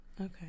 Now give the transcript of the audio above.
Okay